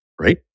right